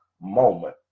moment